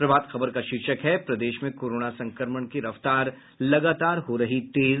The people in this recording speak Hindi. प्रभात खबर का शीर्षक है प्रदेश में कोरोना संक्रमण की रफ्तार लगातार हो रही तेज